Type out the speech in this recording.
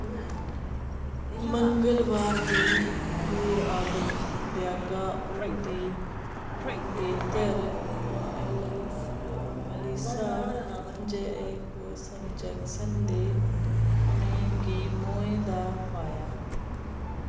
मंगलबार दी भ्यागा उं'दी मंगेतर मेलिसा जैक्सन ने उ'नें गी मोए दा पाया